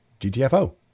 GTFO